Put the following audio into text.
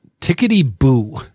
tickety-boo